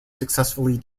successfully